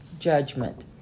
judgment